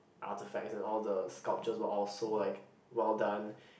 artefacts and all the sculptures were all so like well done